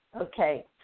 Okay